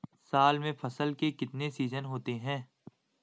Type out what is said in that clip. साल में फसल के कितने सीजन होते हैं?